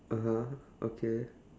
(uh huh) okay